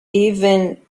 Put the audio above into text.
even